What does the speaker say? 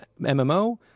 MMO